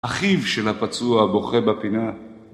אחיו של הפצוע בוכה בפינה